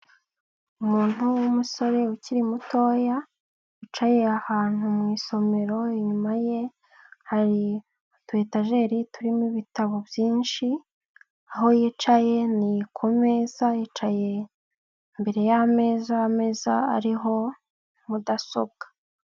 Umuntu w'umusore ukiri mutoya, wicaye ahantu mu isomero inyuma ye hari utu etageri turimo ibitabo byinshi, aho yicaye ni kumeza, yicaye imbere y'ameza, ameza ariho mudasobwa.